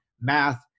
math